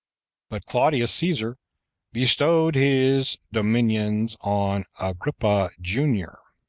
but claudius caesar bestowed his dominions on agrippa, junior.